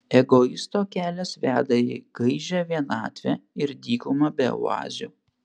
egoisto kelias veda į gaižią vienatvę ir dykumą be oazių